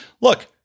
look